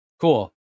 Cool